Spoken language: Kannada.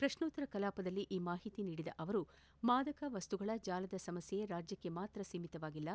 ಪ್ರಶ್ನೋತ್ತರ ಕಲಾಪದಲ್ಲಿ ಈ ಮಾಹಿತಿ ನೀಡಿದ ಅವರು ಮಾದಕ ವಸ್ತುಗಳ ಜಾಲದ ಸಮಸ್ಥೆ ರಾಜ್ಯಕ್ಷೆ ಮಾತ್ರ ಸೀಮಿತವಾಗಿಲ್ಲ